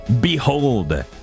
Behold